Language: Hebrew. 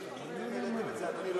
אתם העליתם את זה, אדוני.